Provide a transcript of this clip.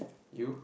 you